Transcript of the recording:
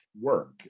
work